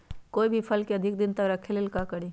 कोई भी फल के अधिक दिन तक रखे के ले ल का करी?